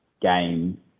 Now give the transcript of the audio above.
game